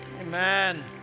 Amen